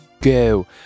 go